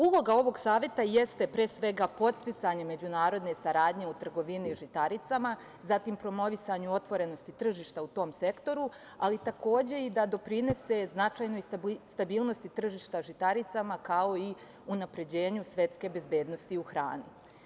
Uloga ovog Saveta jeste podsticanje međunarodne saradnje u trgovini žitaricama, zatim promovisanju otvorenosti tržišta u tom sektoru, ali takođe i da doprinese značajnoj stabilnosti tržišta žitaricama, kao i unapređenju svetske bezbednosti u hrani.